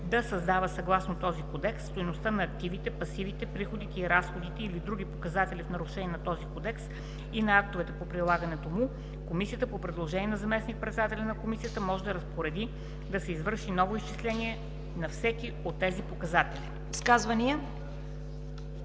да създава съгласно този кодекс, стойността на активите, пасивите, приходите и разходите или други показатели в нарушение на този кодекс и на актовете по прилагането му, Комисията по предложение на заместник-председателя на комисията може да разпореди да се извърши ново изчисление на всеки от тези показатели.”